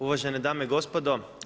Uvažene dame i gospodo.